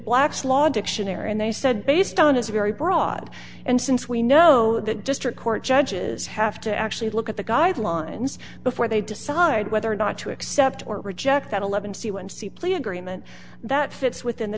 black's law dictionary and they said based on is a very broad and since we know that district court judges have to actually look at the guidelines before they decide whether or not to accept or reject that eleven c one c plea agreement that fits within the